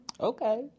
Okay